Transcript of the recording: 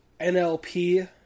NLP